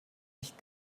nicht